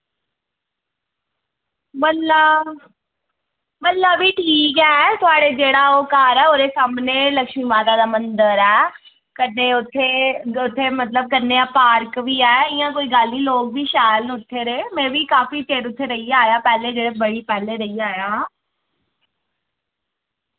म्हल्ला म्हल्ला बी ठीक ऐ थोआढ़े जेह्ड़ा ओह् घर ऐ ओह्दे सामने लक्ष्मी माता दा मंदर ऐ कन्नै उत्थे उत्थे मतलब कन्नै गै पार्क बी ऐ इ'यां कोई गल्ल नी लोक बी शैल न उत्थे दे में बी काफी चिर उत्थे रेही आया पैह्ले जेह्ड़े बड़ी पैह्ले रेही आया हा